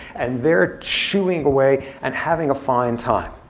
and they're chewing away and having a fine time.